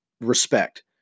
respect